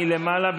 מלמעלה,